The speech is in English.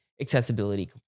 accessibility